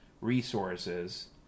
resources